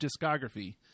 discography